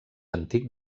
antic